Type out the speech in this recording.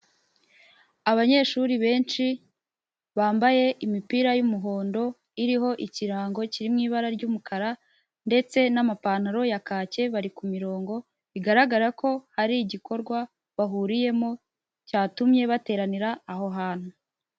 Abanyeshuri benshi bambaye imipira y'umuhondo iriho ikirango kiri mu ibara ry'umukara ndetse n'amapantaro ya kake bari kurongo bigaragara ko hari igikorwa bahuriyemo cyatumye bateranira aho hantu.